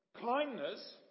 kindness